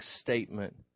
statement